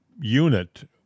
unit